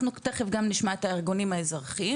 אנחנו תיכף גם נשמע את הארגונים האזרחיים,